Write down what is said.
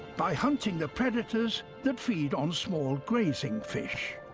by hunting the predators that feed on small grazing fish.